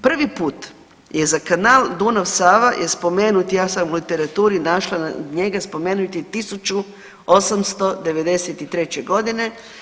Prvi put je za kanal Dunav-Sava je spomenut, ja sam u literaturi našla njega spomenut je 1893.godine.